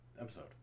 episode